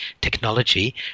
technology